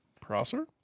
Prosser